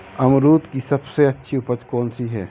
अमरूद की सबसे अच्छी उपज कौन सी है?